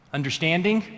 Understanding